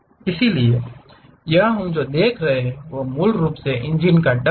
इसलिए यहां हम जो देख रहे हैं वह मूल रूप से इंजन डक्ट है